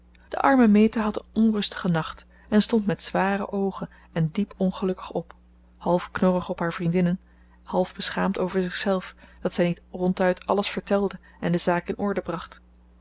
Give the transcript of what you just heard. de arme meta had een onrustigen nacht en stond met zware oogen en diep ongelukkig op half knorrig op haar vriendinnen half beschaamd over zichzelf dat zij niet ronduit alles vertelde en de zaak in orde bracht